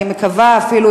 אני מקווה אפילו,